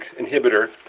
inhibitor